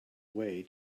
way